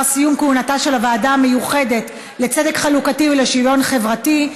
סיום כהונתה של הוועדה המיוחדת לצדק חלוקתי ולשוויון חברתי.